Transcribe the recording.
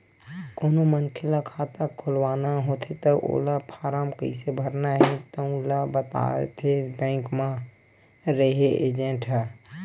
कोनो मनखे ल खाता खोलवाना होथे त ओला फारम कइसे भरना हे तउन ल बताथे बेंक म रेहे एजेंट ह